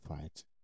fight